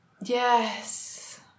Yes